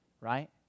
Right